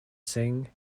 singh